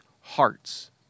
hearts